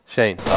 Shane